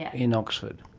yeah in oxford.